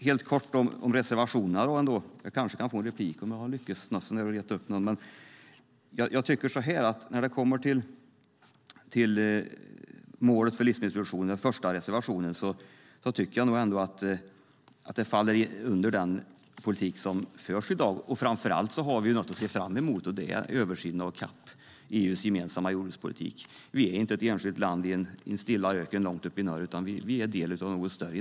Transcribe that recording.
Helt kort om reservationerna, så jag kanske får en replik om jag lyckas reta upp någon. När det kommer till mål för livsmedelsproduktion, reservation 1: Jag tycker ändå att det faller under den politik som förs i dag. Framför allt har vi något att se fram emot, och det är översynen av CAP, EU:s gemensamma jordbrukspolitik. Vi är inte ett enskilt land i en stilla öken långt uppe i norr, utan vi är i dag en del av något större.